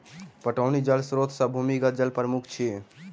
पटौनी जल स्रोत मे भूमिगत जल प्रमुख अछि